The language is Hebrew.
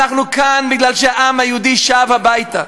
אנחנו כאן בגלל שהעם היהודי שב הביתה.